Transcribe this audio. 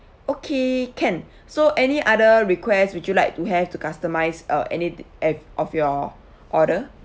okay can so any other request would you like to have to customize uh any of your order